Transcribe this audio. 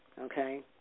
okay